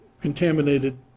contaminated